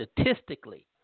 statistically